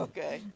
Okay